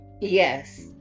Yes